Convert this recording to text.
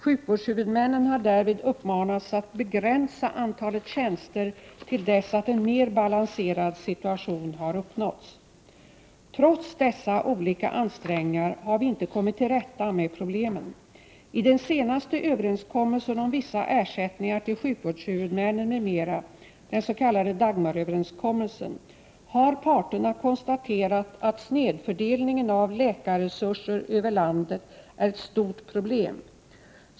Sjukvårdshuvudmännen har därvid uppmanats att begränsa antalet tjänster till dess att en mer balanserad situation har uppnåtts. Trots dessa olika ansträngningar har vi inte kommit till rätta med problemen. I den senaste överenskommelsen om vissa ersättningar till sjukvårdshuvudmännen m.m. — den s.k. Dagmaröverenskommelsen — har parterna konstaterat att snedfördelningen av läkarresurser över landet är ett stort problem.